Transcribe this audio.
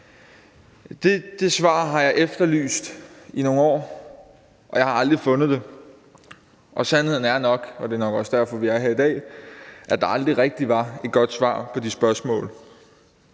De svar har jeg efterlyst i nogle år, men jeg har aldrig fundet dem. Sandheden er nok – og det er nok også derfor, vi er her i dag – at der aldrig rigtig var et godt svar på de spørgsmål.